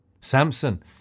Samson